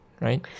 right